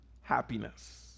happiness